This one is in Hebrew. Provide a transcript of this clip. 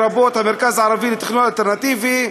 לרבות המרכז הערבי לתכנון אלטרנטיבי,